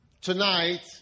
tonight